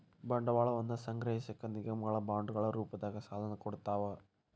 ಬಂಡವಾಳವನ್ನ ಸಂಗ್ರಹಿಸಕ ನಿಗಮಗಳ ಬಾಂಡ್ಗಳ ರೂಪದಾಗ ಸಾಲನ ಕೊಡ್ತಾವ